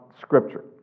Scripture